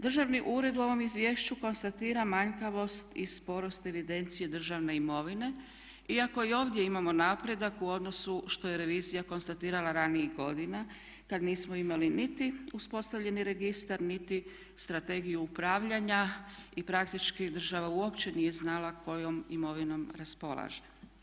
Državni ured u ovom izvješću konstatira manjkavost i sporost evidencije državne imovine iako i ovdje imamo napredak u odnosu što je revizija konstatirala ranijih godina kad nismo imali niti uspostavljeni registar, niti strategiju upravljanja i praktički država uopće nije znala kojom imovinom raspolaže.